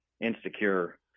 Insecure